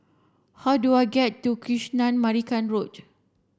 how do I get to Kanisha Marican Road